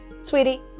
sweetie